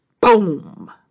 Boom